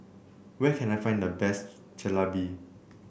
where can I find the best Jalebi